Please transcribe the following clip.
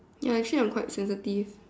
ya actually I'm quite sensitive